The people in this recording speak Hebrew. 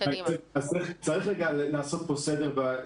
צריך לעשות פה סדר,